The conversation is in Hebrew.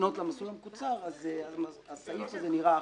לפנות למסלול המקוצר, הסעיף הזה נראה אחרת.